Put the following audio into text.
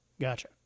Gotcha